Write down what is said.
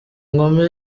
nkumi